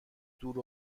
دور